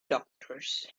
doctors